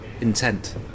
intent